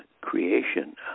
creation